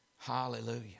Hallelujah